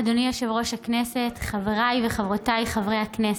אדוני יושב-ראש הכנסת, חבריי וחברותיי חברי הכנסת,